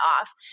off